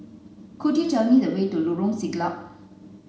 could you tell me the way to Lorong Siglap